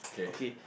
okay